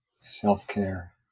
Self-care